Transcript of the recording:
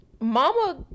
mama